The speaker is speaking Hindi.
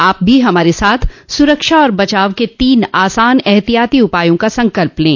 आप भी हमारे साथ सुरक्षा और बचाव के तीन आसान एहतियाती उपायों का संकल्प लें